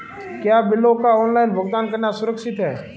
क्या बिलों का ऑनलाइन भुगतान करना सुरक्षित है?